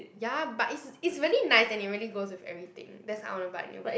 ya but it it's really nice and it really goes with everything that's why I want to buy a new pair